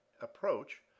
approach